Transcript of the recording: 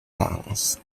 lungs